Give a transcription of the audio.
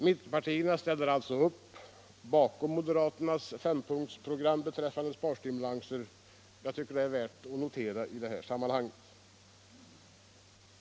Mittenpartierna ställer alltså upp bakom moderaternas fempunktsprogram för sparstimulanser. Jag tycker att det är värt att notera.